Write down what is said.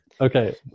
okay